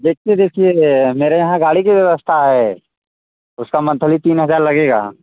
देखिए देखिए मेरे यहाँ गाड़ी की व्यवस्था है उसका मंथली तीन हज़ार लगेगा